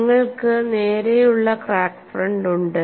നിങ്ങൾക്ക് നേരെയുള്ള crack front ഉണ്ട്